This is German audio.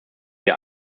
wir